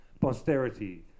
Posterity